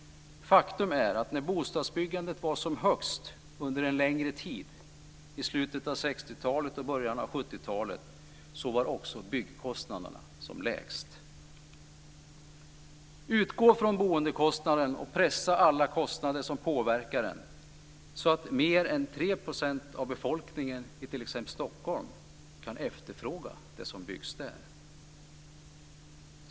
Faktum är att när bostadsbyggandet var som högst under en längre tid under slutet av 60-talet och början av 70-talet var också byggkostnaderna som lägst. Utgå från boendekostnaden och pressa alla kostnader som påverkar den så att mer än 3 % av befolkningen i t.ex. Stockholm kan efterfråga det som byggs där.